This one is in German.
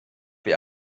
wie